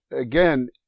again